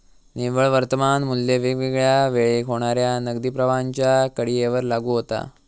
निव्वळ वर्तमान मू्ल्य वेगवेगळ्या वेळेक होणाऱ्या नगदी प्रवाहांच्या कडीयेवर लागू होता